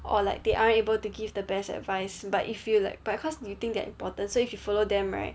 or like they aren't able to give the best advice but if you feel like because you think they're important so if you follow them right